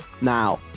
now